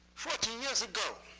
forty years ago,